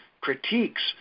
critiques